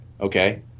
Okay